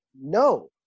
no